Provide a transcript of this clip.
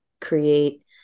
create